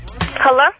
Hello